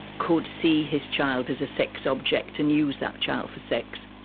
could see his child as a sex object and use that child for sex.